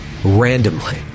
Randomly